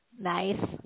Nice